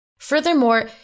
Furthermore